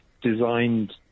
designed